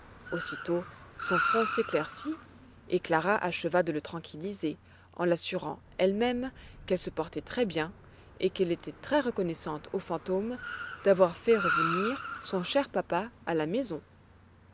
aussitôt son front s'éclaircit et clara acheva de le tranquilliser en l'assurant elle-même qu'elle se portait très bien et qu'elle était très reconnaissante au fantôme d'avoir fait revenir son cher papa à la maison